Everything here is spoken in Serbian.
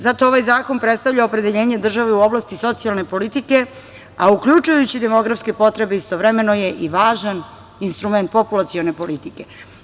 Zato ovaj zakon predstavlja opredeljenje države koja u oblasti socijalne politike, a uključujući demografske potrebe, istovremeno je i važan instrument populacione politike.